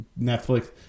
Netflix